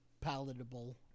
palatable